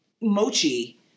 mochi